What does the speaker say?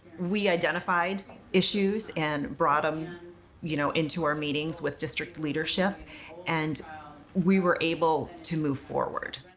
we identified issues and brought them you know into our meetings with district leadership and we were able to move forward.